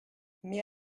mais